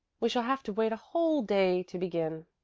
we shall have to wait a whole day to begin.